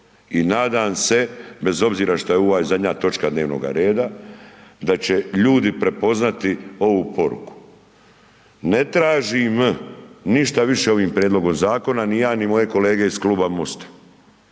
i nadam se, bez obzira što je ovo zadnja točka dnevnoga reda da će ljudi prepoznati ovu poruku. Ne tražim ništa više ovim prijedlogom zakona ni ja ni moje kolege iz Kluba MOST-a,